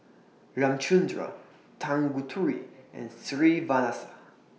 Ramchundra Tanguturi and